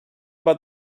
about